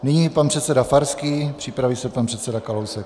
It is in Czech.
Nyní pan předseda Farský, připraví se pan předseda Kalousek.